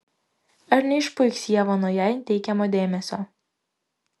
ar neišpuiks ieva nuo jai teikiamo dėmesio